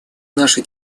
наши